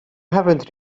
haven’t